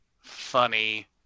funny